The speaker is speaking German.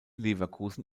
leverkusen